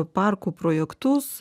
parkų projektus